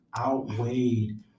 outweighed